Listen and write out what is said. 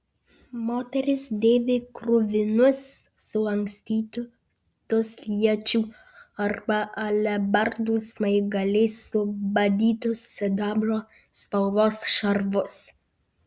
moteris dėvi kruvinus sulankstytus iečių ar alebardų smaigaliais subadytus sidabro spalvos šarvus